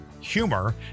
Humor